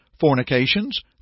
fornications